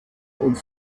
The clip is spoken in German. und